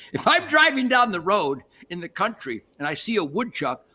if i'm driving down the road in the country and i see a woodchuck,